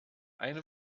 eine